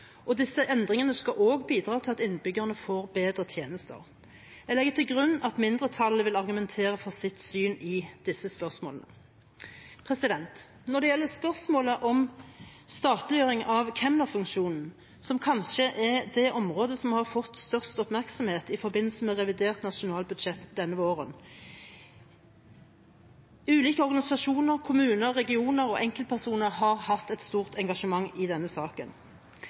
og disse endringene skal også bidra til at innbyggerne får bedre tjenester. Jeg legger til grunn at mindretallet vil argumentere for sitt syn i disse spørsmålene. Det gjelder også spørsmålet om statliggjøring av kemnerfunksjonen, som kanskje er det området som har fått størst oppmerksomhet i forbindelse med nasjonalbudsjett denne våren. Ulike organisasjoner, kommuner, regioner og enkeltpersoner har hatt et stort engasjement i denne saken.